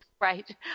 Right